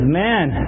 man